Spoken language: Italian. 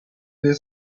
per